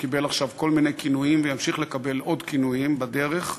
שקיבל עכשיו כל מיני כינויים וימשיך לקבל עוד כינויים בדרך,